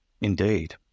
Indeed